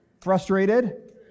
Frustrated